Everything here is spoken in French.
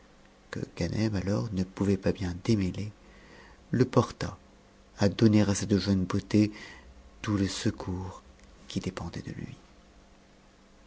que ganem alors ne pouvait t'as bien démêler le porta à donner à cette jeune beauté tout le secours fui dépendait de lui